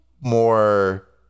more